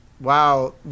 Wow